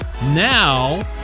Now